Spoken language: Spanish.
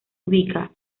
ubica